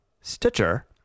Stitcher